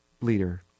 leader